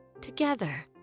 together